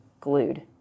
glued